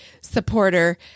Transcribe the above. supporter